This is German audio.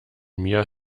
mir